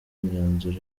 imyanzuro